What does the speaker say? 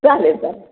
चालेल चालेल